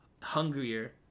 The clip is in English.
hungrier